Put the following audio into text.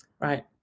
right